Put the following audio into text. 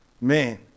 Man